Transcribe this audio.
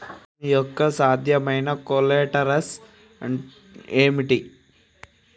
ఋణం యొక్క సాధ్యమైన కొలేటరల్స్ ఏమిటి?